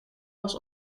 was